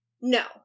No